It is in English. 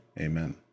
amen